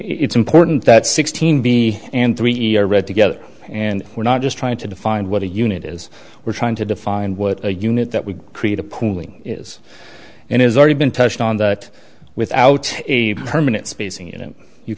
it's important that sixteen be and three erode together and we're not just trying to define what a unit is we're trying to define what a unit that we create a pooling is and has already been touched on that without a permanent spacing unit you